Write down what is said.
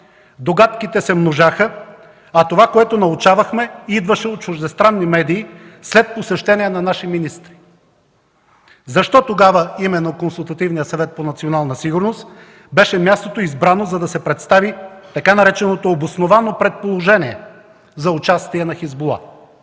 догадките се множаха, а това, което научавахме, идваше от чуждестранни медии след посещения на наши министри. Защо тогава именно Консултативният съвет за национална сигурност беше мястото, избрано, за да се представи така нареченото „обосновано предположение” за участие на